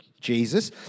Jesus